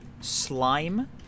slime